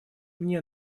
мне